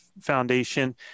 Foundation